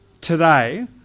today